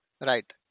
Right